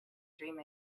dream